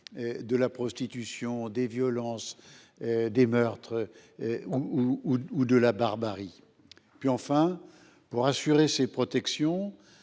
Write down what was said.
de la prostitution, des violences, des meurtres ou de la barbarie. Enfin, pour assurer ces protections,